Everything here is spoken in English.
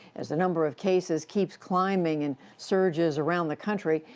as the number of cases keeps climbing in surges around the country,